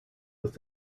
with